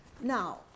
Now